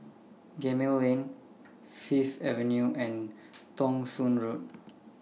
Gemmill Lane Fifth Avenue and Thong Soon Road